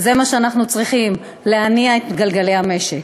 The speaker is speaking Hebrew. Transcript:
וזה מה שאנחנו צריכים, להניע את גלגלי המשק.